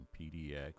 PDX